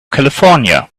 california